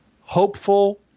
hopeful